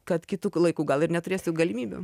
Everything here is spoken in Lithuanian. kad kitu laiku gal ir neturėsiu galimybių